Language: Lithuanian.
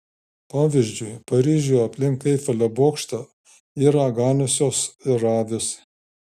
pavyzdžiui paryžiuje aplink eifelio bokštą yra ganiusios ir avys